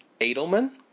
Edelman